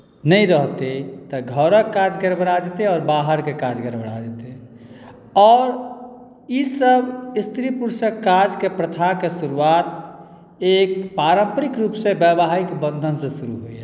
नहि रहतै तऽ घरक काज गड़बड़ा जेतै आओर बाहरके काज गड़बड़ा जेतै आओर ईसभ स्त्री पुरुषक काजके प्रथाके शुरुआत एक पारम्परिक रूपसँ वैवाहिक बन्धनसँ शुरू होइए